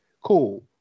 cool